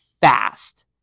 fast